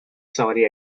sorry